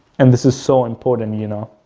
and this is so important, you know,